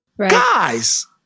Guys